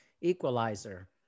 equalizer